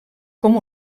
com